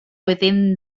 within